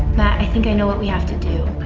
matt, i think i know what we have to do.